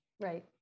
Right